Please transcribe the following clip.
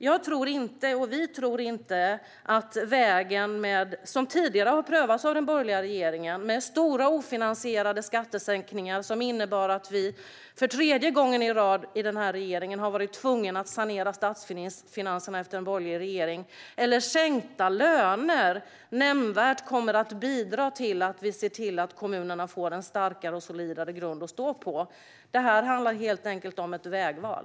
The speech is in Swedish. Jag och vi tror inte på den väg som tidigare har prövats av den borgerliga regeringen med stora ofinansierade skattesänkningar som innebar att vi i den här regeringen för tredje gången i rad har varit tvungna att sanera statsfinanserna efter en borgerlig regering. Vi tror inte att sänkta löner nämnvärt kommer att bidra till att se till att kommunerna får en starkare och solidare grund att stå på. Det handlar helt enkelt om ett vägval.